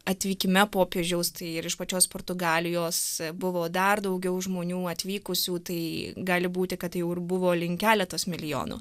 atvykime popiežiaus tai ir iš pačios portugalijos buvo dar daugiau žmonių atvykusių tai gali būti kad tai ir jau buvo link keletos milijonų